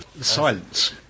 Silence